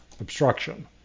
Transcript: obstruction